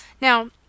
Now